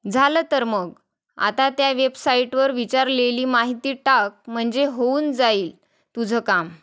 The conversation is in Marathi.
झालं तर मग आता त्या वेबसाईटवर विचारलेली माहिती टाक म्हणजे होऊन जाईल तुझं काम